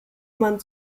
man